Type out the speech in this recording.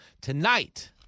Tonight